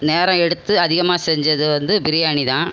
நேரம் எடுத்து அதிகமாக செஞ்சது வந்து பிரியாணி தான்